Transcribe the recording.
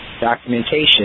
documentation